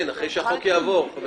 כן, אחרי שהחוק יעבור.